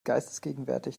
geistesgegenwärtig